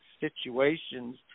situations